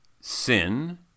Sin